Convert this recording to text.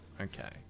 okay